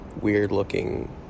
weird-looking